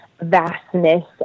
vastness